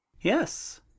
yes